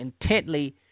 intently